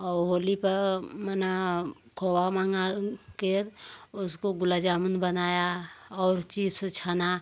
और होली पर मैंने खोवा मँगा कर उसको गुलाब जामुन बनाया और चिप्स छाना